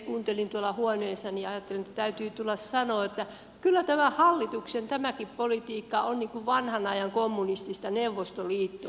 kuuntelin tuolla huoneessani ja ajattelin että täytyy tulla sanomaan että kyllä hallituksen tämäkin politiikka on niin kuin vanhan ajan kommunistista neuvostoliittoa